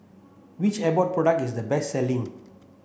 which Abbott product is the best selling